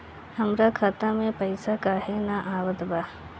हमरा खाता में पइसा काहे ना आवत बा?